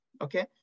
okay